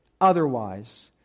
otherwise